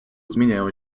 zmieniają